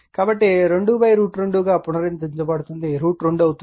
కాబట్టి ఇది 2 √ 2 గా పునరుద్ధరించబడుతుంది √ 2 అవుతుంది